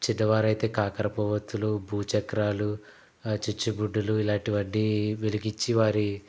చిన్నవారైతే కాకరపూవత్తులు భూచక్రాలు చిచ్చుబుడ్డులు ఇలాంటివన్నీ వెలిగించి వారి